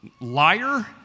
liar